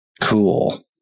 Cool